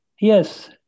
Yes